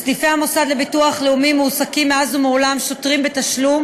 בסניפי המוסד לביטוח לאומי מועסקים מאז ומעולם שוטרים בתשלום